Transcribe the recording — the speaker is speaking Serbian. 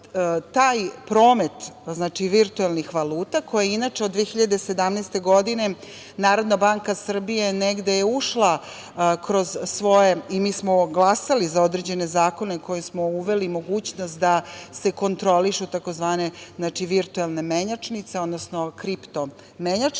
taj promet, znači virtuelnih valuta, koji inače od 2017. godine NBS negde je ušla kroz svoje i mi smo glasali za određene zakone koje smo uveli, mogućnost da se kontrolišu tzv. „virtuelne menjačnice“, odnosno kripto-menjačnice,